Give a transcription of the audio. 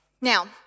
Now